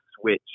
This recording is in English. switch